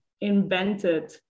invented